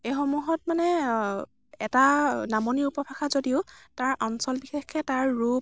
এইসমূহত মানে এটা নামনি উপভাষা যদিও তাৰ অঞ্চল বিশেষে তাৰ ৰূপ